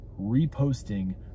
reposting